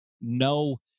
no